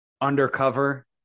undercover